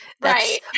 Right